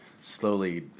slowly